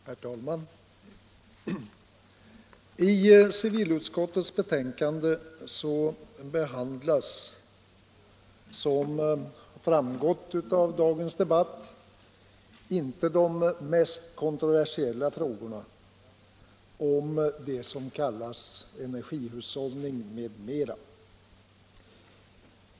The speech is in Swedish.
Herr talman! I civilutskottets betänkande nr 28 behandlas, som framgått av dagens debatt, inte de mest kontroversiella frågorna om det som kallas energihushållningen m.m.